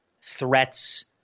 threats